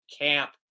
camp